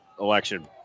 election